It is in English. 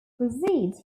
proceeds